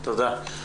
תודה.